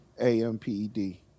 A-M-P-E-D